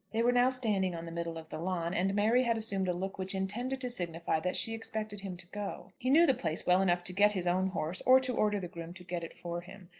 they were now standing on the middle of the lawn, and mary had assumed a look which intended to signify that she expected him to go. he knew the place well enough to get his own horse, or to order the groom to get it for him.